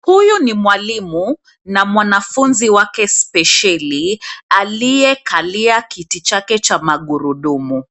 Huyu ni mwalimu na mwanafunzi wake spesheli aliyekalia kiti chake cha magurudumu.